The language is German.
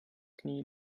knie